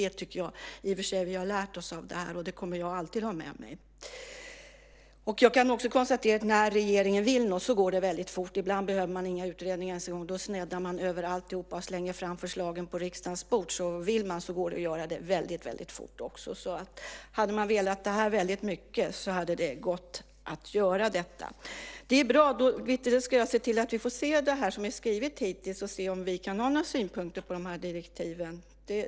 Det tycker jag att vi har lärt oss av detta, och det kommer jag alltid att ha med mig. Jag kan också konstatera att när regeringen vill något går det väldigt fort. Ibland behöver man inte ens några utredningar. Då sneddar man över alltihop och slänger fram förslagen på riksdagens bord. Vill man så går det att göra det väldigt fort. Hade man velat detta väldigt mycket hade det gått att göra det. Jag ska se till att vi får se det som är skrivet hittills för att se om vi kan ha några synpunkter på direktiven.